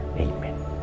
amen